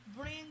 bring